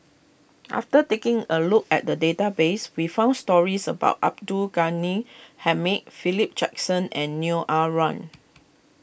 after taking a look at the database we found stories about Abdul Ghani Hamid Philip Jackson and Neo Ah Luan